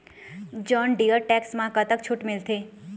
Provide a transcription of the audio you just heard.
John Deere tractor म कतक छूट मिलथे?